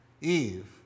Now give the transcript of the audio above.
Eve